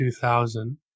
2000